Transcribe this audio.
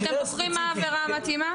אתם בוחרים מה העבירה המתאימה?